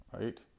right